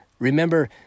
Remember